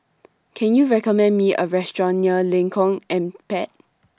Can YOU recommend Me A Restaurant near Lengkong Empat